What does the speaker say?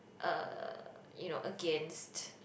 uh you know against